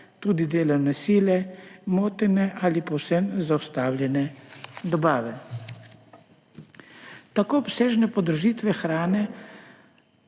tudi delovne sile, motene ali povsem zaustavljene dobave. Tako obsežene podražitve hrane